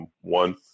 one